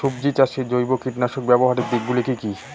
সবজি চাষে জৈব কীটনাশক ব্যাবহারের দিক গুলি কি কী?